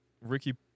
Ricky